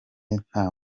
nta